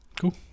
Cool